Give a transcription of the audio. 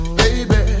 baby